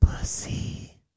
Pussy